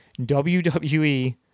WWE